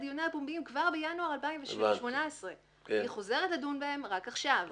דיוניה הפומביים כבר בינואר 2018 והיא חוזרת לדון בהם רק עכשיו,